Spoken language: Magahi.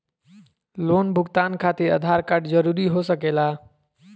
लोन भुगतान खातिर आधार कार्ड जरूरी हो सके ला?